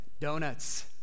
donuts